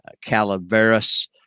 Calaveras